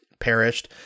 perished